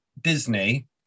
Disney